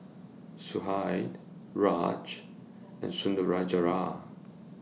Sudhir Raj and Sundaraiah